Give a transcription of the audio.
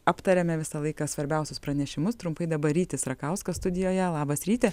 aptariame visą laiką svarbiausius pranešimus trumpai dabar rytis rakauskas studijoje labas rytas